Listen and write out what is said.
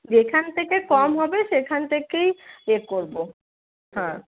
যেখান থেকে কম হবে সেখান থেকেই ইয়ে করবো হ্যাঁ